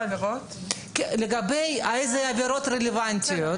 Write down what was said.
לגבי איה עבירות רלוונטיות.